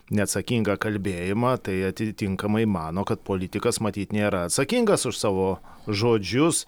neatsakingą kalbėjimą tai atitinkamai mano kad politikas matyt nėra atsakingas už savo žodžius